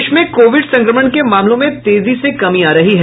देश में कोविड संक्रमण के मामलों में तेजी से कमी आ रही है